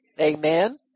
Amen